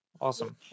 Awesome